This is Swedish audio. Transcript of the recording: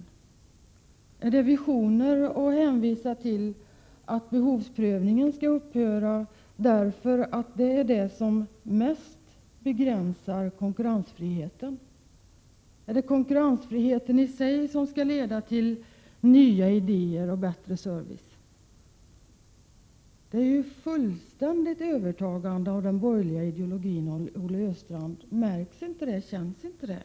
Är det visioner att kräva att behovsprövningen skall upphöra genom att hänvisa till att det är den som mest begränsar konkurrensfriheten? Är det konkurrensfriheten i sig som skall leda till nya idéer och bättre service? Olle Östrand har ju fullständigt övertagit de borgerliga ideologierna. Märks inte det? Känns inte det?